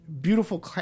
Beautiful